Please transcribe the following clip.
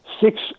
six